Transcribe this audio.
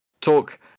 talk